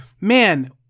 man